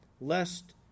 lest